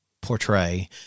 portray